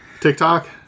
TikTok